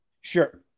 Sure